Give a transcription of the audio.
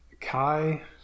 kai